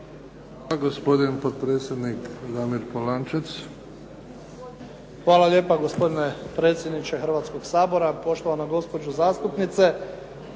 Hvala. Gospodin potpredsjednik Damir Polančec. **Polančec, Damir (HDZ)** Hvala lijepa gospodine predsjedniče Hrvatskoga sabora, poštovana gospođo zastupnice.